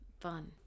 Fun